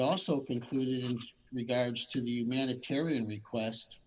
also included in regards to the humanitarian request